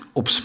op